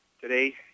today